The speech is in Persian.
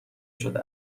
شده